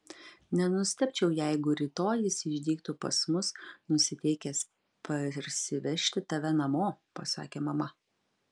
nenustebčiau jeigu rytoj jis išdygtų pas mus nusiteikęs parsivežti tave namo pasakė mama